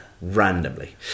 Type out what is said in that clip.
randomly